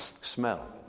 smell